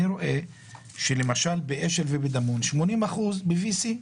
אני רואה למשל באשל ובדמון, 80% ב-VC.